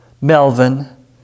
Melvin